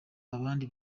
abandi